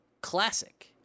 Classic